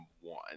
one